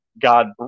God